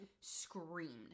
screamed